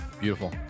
Beautiful